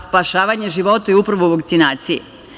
Spasavanje života je upravo u vakcinaciji.